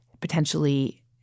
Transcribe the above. potentially